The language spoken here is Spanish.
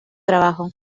trabajo